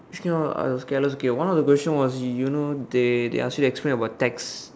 this kind of careless okay one of the question was you know they they ask you explain about text